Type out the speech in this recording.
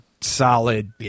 solid